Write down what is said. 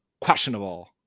questionable